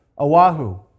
Oahu